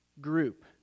group